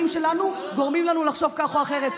שלנו גורמים לנו לחשוב כך או אחרת.